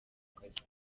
kazi